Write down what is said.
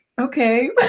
okay